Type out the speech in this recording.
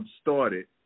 started